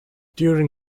during